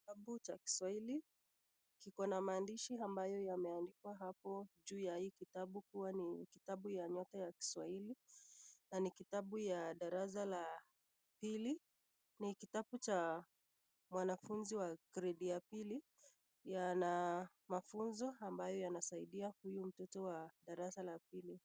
Kitabu cha kiswahili kiko na maandishi ambayo yameandikwa hapo, juu ya hii kitabu kuwa ni kitabu ya nyota ya kiswahili, na ni kitabu ya darasa ya pili, nikitabu cha mwanafunzi wa gredi ya pili, yana mafunzo ambayo yanamsaidoa huyu mtoto wa darasa ya pili.